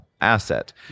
asset